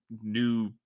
new